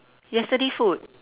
yesterday food